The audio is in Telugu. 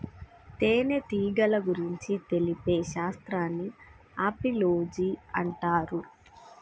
తేనెటీగల గురించి తెలిపే శాస్త్రాన్ని ఆపిలోజి అంటారు